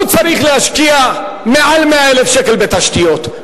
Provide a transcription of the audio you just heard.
הוא צריך להשקיע יותר מ-100,000 שקל בתשתיות,